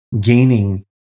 gaining